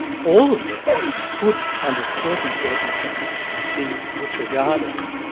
all of them could under certain circumstances be disregarded,